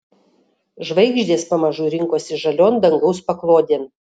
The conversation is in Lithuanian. žvaigždės pamažu rinkosi žalion dangaus paklodėn